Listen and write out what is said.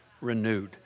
renewed